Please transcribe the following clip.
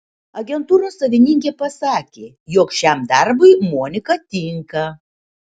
agentūros savininkė pasakė jog šiam darbui monika tinka